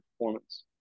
performance